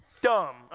dumb